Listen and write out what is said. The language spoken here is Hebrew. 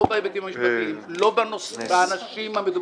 האם אדוני יודע שכדי לקבל החלטה בנשיאות שהנושא שלך